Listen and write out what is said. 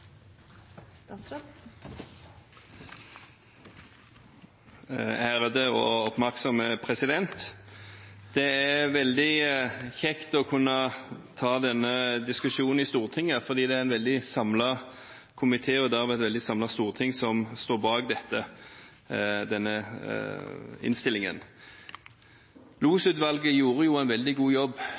veldig kjekt å kunne ta denne diskusjonen i Stortinget, fordi det er en veldig samlet komité og et veldig samlet storting som står bak denne innstillingen. Losutvalget gjorde en veldig god jobb